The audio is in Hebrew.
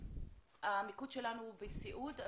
המיקוד שלנו הוא בסיעוד.